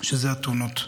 שזה התאונות,